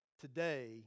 today